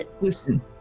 Listen